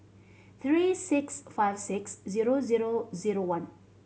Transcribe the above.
three six five six zero zero zero one